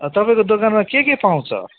तपाईँको दोकानमा के के पाउँछ